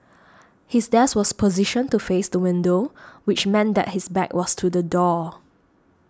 his desk was positioned to face the window which meant that his back was to the door